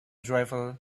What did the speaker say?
driver